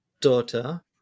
daughter